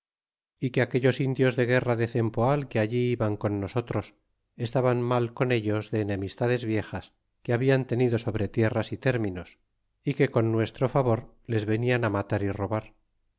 y que aquellos indios de guerra de cempoal que allí iban con nosotros estaban mal con ellos de enemistades viejas que hablan tenido sobre tierras é términos y que con nuestro favor les venian matar y robar